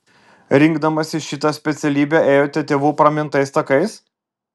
rinkdamasi šitą specialybę ėjote tėvų pramintais takais